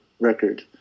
record